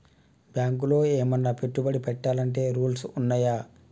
బ్యాంకులో ఏమన్నా పెట్టుబడి పెట్టాలంటే రూల్స్ ఉన్నయా?